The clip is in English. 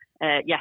yes